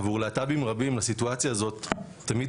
עבור להט"בים רבים לסיטואציה הזאת תמיד